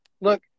look